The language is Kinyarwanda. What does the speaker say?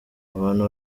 abantu